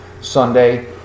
Sunday